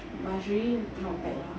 but it's really not bad lah